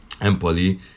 Empoli